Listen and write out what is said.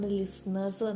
listeners